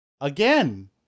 Again